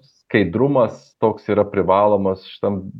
skaidrumas toks yra privalomas šitam